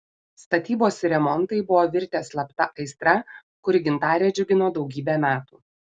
statybos ir remontai buvo virtę slapta aistra kuri gintarę džiugino daugybę metų